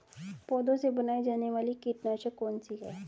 पौधों से बनाई जाने वाली कीटनाशक कौन सी है?